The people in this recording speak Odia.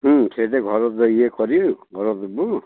ହୁଁ ସେଇଠି ଘରଦ୍ୱାର ଇଏ କରିବୁ ଘର କରିବୁ